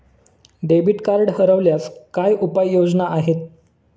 Debit card हरवल्यास काय उपाय योजना आहेत?